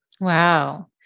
Wow